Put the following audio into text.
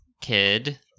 kid